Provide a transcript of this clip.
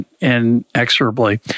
inexorably